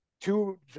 two